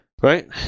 Right